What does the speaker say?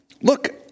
look